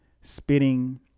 spitting